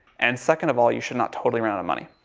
and, second of all, you should not totally run out of money.